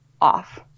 off